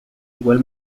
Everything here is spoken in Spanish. igual